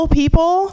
people